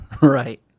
Right